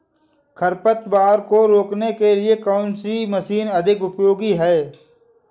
खरपतवार को रोकने के लिए कौन सी मशीन अधिक उपयोगी है?